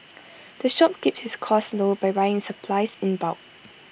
the shop keeps its costs low by buying its supplies in bulk